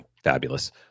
Fabulous